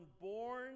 born